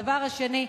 הדבר השני,